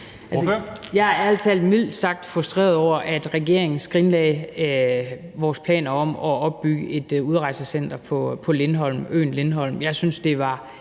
talt mildt sagt frustreret over, at regeringen skrinlagde vores planer om at opbygge et udrejsecenter på øen Lindholm. Jeg synes, det var